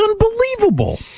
unbelievable